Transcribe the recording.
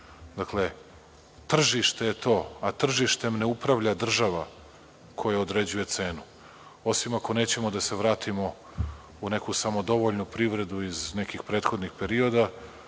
Dakle, tržište je to, a tržištem ne upravlja država koja određuje cenu, osim ako nećemo da se vratimo u neku samodovoljnu privredu iz nekih prethodnih perioda,